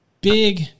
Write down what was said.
big